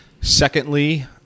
Secondly